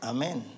Amen